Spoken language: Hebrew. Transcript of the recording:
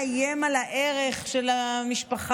מי מאיים על הערך של המשפחה,